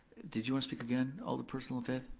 did you wanna speak again, alderperson lefebvre?